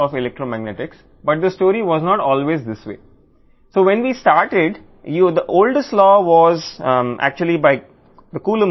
electromagnetics యొక్క ఈ నాలుగు ఆధునిక ఈక్వేషన్లు కానీ కథ ఎల్లప్పుడూ ఈ విధంగా ఉండదు